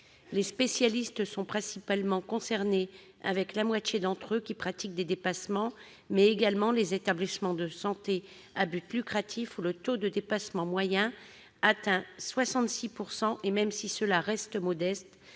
Les spécialistes sont principalement concernés, la moitié d'entre eux pratiquant des dépassements, mais le sont également les établissements de santé à but lucratif, où le taux de dépassement moyen atteint 66 %. Même si cela reste modeste,